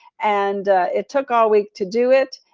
and it took all week to do it.